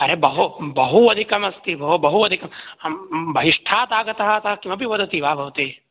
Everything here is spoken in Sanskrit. अरे बहु बहु अधिकमस्ति भोः अधिकं बहिष्ठादागतः अतः किमपि वदति वा भवती